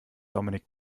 dominik